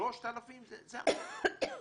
3,000 זה המון.